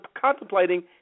contemplating